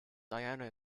diana